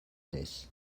this